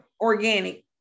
organic